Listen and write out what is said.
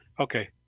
Okay